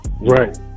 right